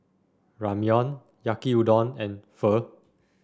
Ramyeon Yaki Udon and Pho